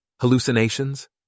hallucinations